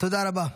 תודה רבה.